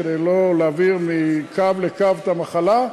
כדי לא להעביר מקו לקו את המחלה,